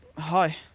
hi.